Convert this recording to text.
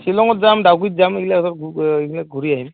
শ্বিলঙত যাম ডাউকীত যাম এইবিলাক চব এইবিলাক ঘূৰি আহিম